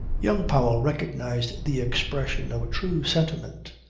young powell recognized the expression of a true sentiment,